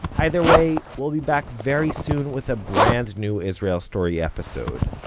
either way, we'll be back very soon with a brand new israel story episode.